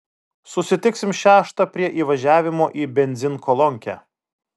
susitiksim šeštą prie įvažiavimo į benzinkolonkę